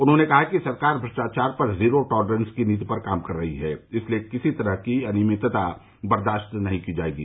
उन्होंने कहा कि सरकार भ्रष्टाचार पर ज़ीरों टॉलरेन्स की नीति पर काम रही है इस लिए किसी तरह की अनियमितता बर्दास्त नहीं की जायेगी